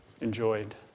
enjoyed